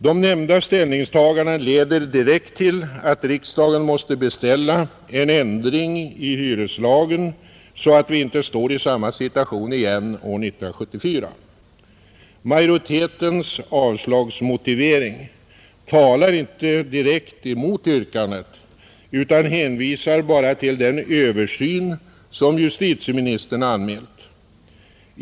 De nämnda ställningstagandena leder direkt till att riksdagen måste beställa en ändring i hyreslagen så att vi inte står i samma situation igen år 1974. Majoritetens avslagsmotivering talar inte direkt mot yrkandet utan hänvisar bara till den översyn som justitieministern anmält.